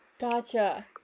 Gotcha